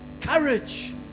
courage